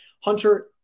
Hunter